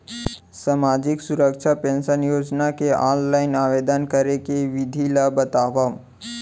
सामाजिक सुरक्षा पेंशन योजना के ऑनलाइन आवेदन करे के विधि ला बतावव